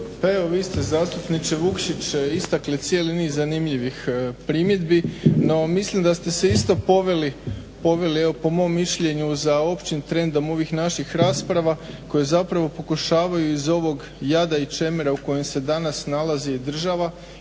Pa evo vi ste zastupniče Vukšić istakli cijeli niz zanimljivih primjedbi, no mislim da ste se isto poveli evo po mom mišljenju za općim trendom ovih naših rasprava koje zapravo pokušavaju iz ovog jada i čemera u kojem se danas nalazi država,